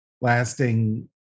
lasting